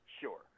sure